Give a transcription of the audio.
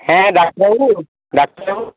হ্যাঁ ডাক্তারবাবু ডাক্তারবাবু